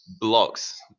Blocks